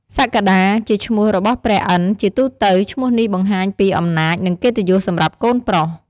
សក្កដា:ជាឈ្មោះរបស់ព្រះឥន្ទ្រ ជាទូទៅ ឈ្មោះនេះបង្ហាញពី អំណាច និងកិត្តិយសសម្រាប់កូនប្រុស។